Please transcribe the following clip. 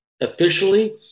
officially